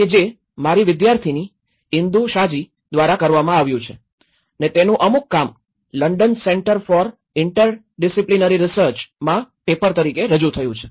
કે જે મારી વિદ્યાર્થીની ઇન્દુ શાજી દ્વારા કરવામાં આવ્યું છે ને તેનું અમુક કામ London centre for interdisciplinary research માં પેપર તરીકે રજુ થયું છે